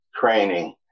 training